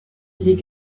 les